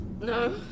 no